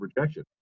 rejection